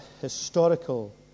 historical